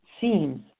seems